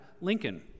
Lincoln